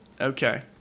okay